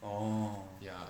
oh